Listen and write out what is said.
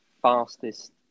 fastest